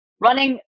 running